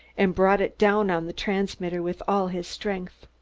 and brought it down on the transmitter with all his strength.